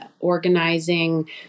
organizing